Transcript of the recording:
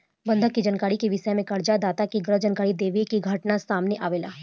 बंधक के जानकारी के विषय में कर्ज दाता से गलत जानकारी देवे के घटना सामने आवेला